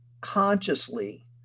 consciously